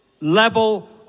level